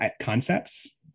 concepts